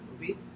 movie